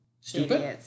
stupid